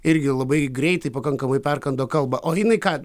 irgi labai greitai pakankamai perkando kalbą o jinai ką